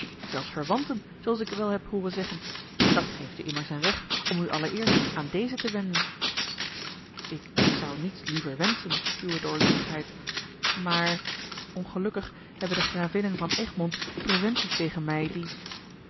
zelfs verwanten zooals ik wel heb hooren zeggen dat geeft u immers een recht om u allereerst aan deze te wenden ik zou niets liever wenschen uwe doorluchtigheid maar ongelukkig hebben de gravinnen van egmond preventies tegen mij die